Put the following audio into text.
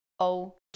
okay